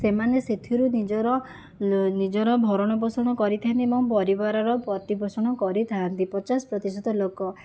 ସେମାନେ ସେଥିରୁ ନିଜର ନିଜର ଭରଣ ପୋଷଣ କରିଥା'ନ୍ତି ଏବଂ ପରିବାରର ପ୍ରତିପୋଷଣ କରିଥା'ନ୍ତି ପଚାଶ ପ୍ରତିଶତ ଲୋକ